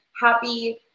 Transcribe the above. happy